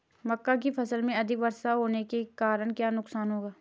मक्का की फसल में अधिक वर्षा होने के कारण क्या नुकसान होगा?